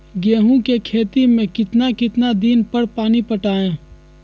गेंहू के खेत मे कितना कितना दिन पर पानी पटाये?